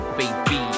baby